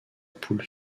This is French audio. poule